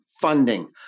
funding